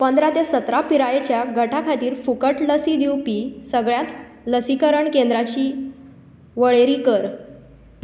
पंद्रा ते सतरा वर्सा पिरायेच्या गटा खातीर फुकट लसी दिवपी सगळ्यात लसीकरण केंद्रांची वळेरी कर